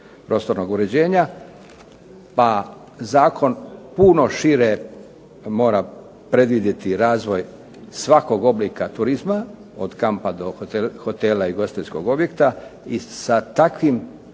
prostornog uređenja pa zakon puno šire mora predvidjeti razvoj svakog oblika turizma, od kampa do hotela i ugostiteljskog objekta i sa takvim